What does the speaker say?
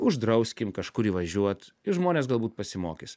uždrauskim kažkur įvažiuot ir žmonės galbūt pasimokys